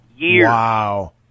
Wow